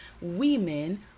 women